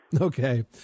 Okay